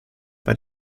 bei